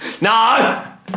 No